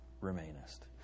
remainest